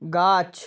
গাছ